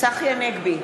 צחי הנגבי,